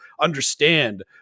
understand